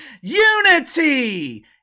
unity